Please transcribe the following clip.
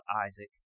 Isaac